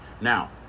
Now